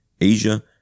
Asia